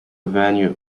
venue